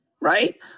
Right